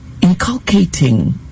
inculcating